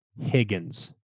Higgins